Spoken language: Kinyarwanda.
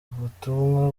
ubutumwa